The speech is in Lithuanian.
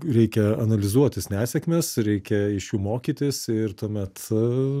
reikia analizuotis nesėkmes reikia iš jų mokytis ir tuomet